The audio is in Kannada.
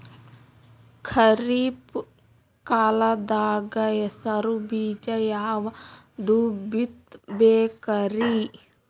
ಖರೀಪ್ ಕಾಲದಾಗ ಹೆಸರು ಬೀಜ ಯಾವದು ಬಿತ್ ಬೇಕರಿ?